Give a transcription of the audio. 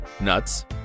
nuts